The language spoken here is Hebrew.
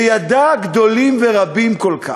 שידע גדולים ורבים כל כך,